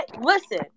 Listen